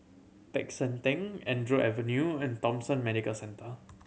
Peck San Theng Andrew Avenue and Thomson Medical Centre